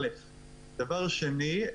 דבר שני,